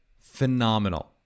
phenomenal